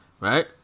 Right